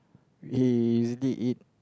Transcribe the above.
we usually eat